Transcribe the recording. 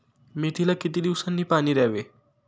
मेथीला किती दिवसांनी पाणी द्यावे?